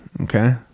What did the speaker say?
okay